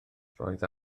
roedd